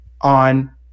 on